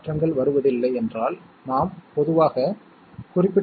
A என்பது 0 என்றால் A' என்பது 1 போன்றது ஆகும்